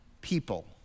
people